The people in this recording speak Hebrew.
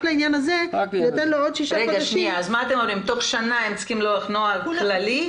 אתם אומרים שתוך שנה הם צריכים לקבוע נוהל כללי,